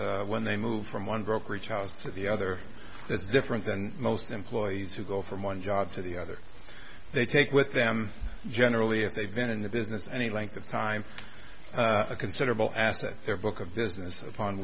stockbrokers when they move from one brokerage house to the other that's different than most employees who go from one job to the other they take with them generally if they've been in the business any length of time a considerable asset their book of business upon